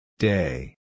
Day